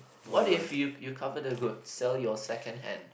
what if you you cover the goods sell your second hand